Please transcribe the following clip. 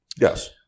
Yes